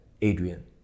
Adrian